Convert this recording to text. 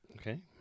Okay